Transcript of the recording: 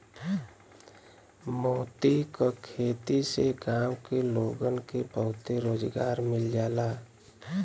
मोती क खेती से गांव के लोगन के बहुते रोजगार मिल जाला